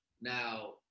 Now